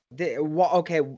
okay